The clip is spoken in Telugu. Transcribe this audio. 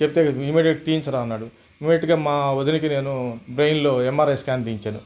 చెప్తే ఇమ్మీడియేట్గా తీయించరా అన్నాడు ఇమ్మీడియేట్గా మా వదినకి నేను బ్రెయిన్లో ఎంఆర్ఐ స్క్యాన్ తీయించాను